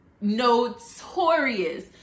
notorious